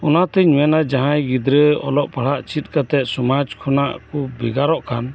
ᱚᱱᱟ ᱛᱮᱧ ᱢᱮᱱᱟ ᱡᱟᱦᱟᱸᱭ ᱜᱤᱫᱽᱨᱟᱹ ᱚᱞᱚᱜ ᱯᱟᱲᱦᱟᱜ ᱪᱮᱫ ᱠᱟᱛᱮᱜ ᱥᱚᱢᱟᱡᱽ ᱠᱷᱚᱱᱟᱜ ᱠᱩ ᱵᱮᱜᱟᱨᱚᱜ ᱠᱟᱱ